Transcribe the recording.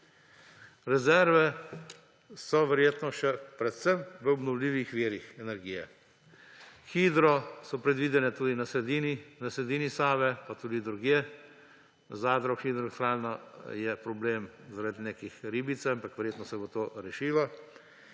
Rezerve so verjetno še predvsem v obnovljivih virih energije. Hidroelektrarne so predvidene tudi na sredini Save pa tudi drugje. Z zadnjo hidroelektrarno Mokrice je problem zaradi nekih ribic, ampak verjetno se bo to rešilo.